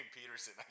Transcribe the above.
Peterson